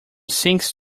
sinks